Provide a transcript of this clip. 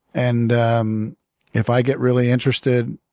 and um if i get really interested,